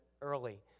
early